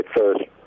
first